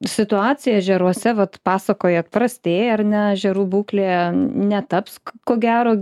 situacija ežeruose vat pasakojat prastėja ar ne ežerų būklė netaps ko gero